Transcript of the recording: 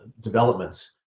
developments